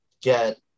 get